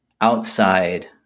outside